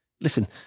listen